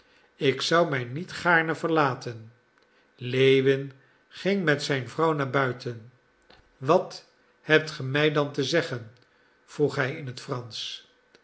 ik zou mij niet gaarne verlaten lewin ging met zijn vrouw naar buiten wat hebt ge mij dan te zeggen vroeg hij in het fransch